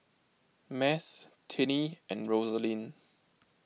Math Tinnie and Rosalind